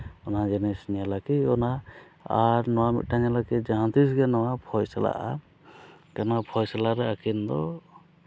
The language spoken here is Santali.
ᱚᱱᱟ ᱡᱤᱱᱤᱥ ᱧᱮᱞᱜᱮ ᱚᱱᱟ ᱟᱨ ᱱᱚᱣᱟ ᱢᱤᱫᱴᱟᱝ ᱧᱮᱞᱟ ᱠᱤ ᱡᱟᱦᱟᱸ ᱛᱤᱥ ᱜᱮ ᱱᱚᱣᱟ ᱯᱷᱚᱭᱥᱚᱞᱟᱜᱼᱟ ᱱᱚᱣᱟ ᱯᱷᱚᱭᱥᱚᱞᱟ ᱨᱮ ᱟᱹᱠᱤᱱ ᱫᱚ